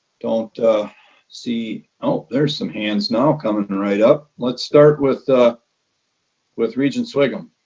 don't see, oh, there's some hands now, coming right up. let's start with with regent sviggum.